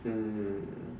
mm